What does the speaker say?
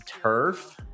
turf